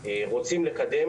רוצים לקדם